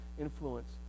influence